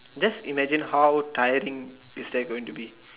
just imagine how tiring is that going to be